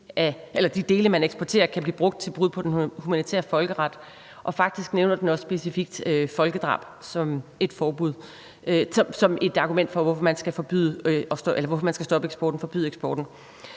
at de dele, man eksporterer, kan blive brugt til brud på den humanitære folkeret, og faktisk nævner den også specifikt folkedrab som et argument for, hvorfor man skal stoppe eksporten